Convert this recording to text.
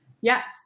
yes